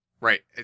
Right